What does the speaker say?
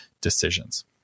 decisions